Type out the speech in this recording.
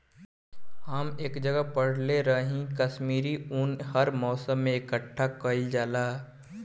हम एक जगह पढ़ले रही की काश्मीरी उन हर मौसम में इकठ्ठा कइल जाला